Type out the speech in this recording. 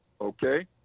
Okay